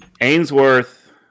Ainsworth